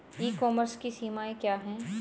ई commerce की सीमाएं क्या हैं?